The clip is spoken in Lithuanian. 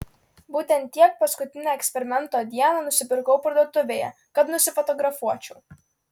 būtent tiek paskutinę eksperimento dieną nusipirkau parduotuvėje kad nusifotografuočiau